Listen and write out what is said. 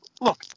Look